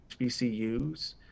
HBCUs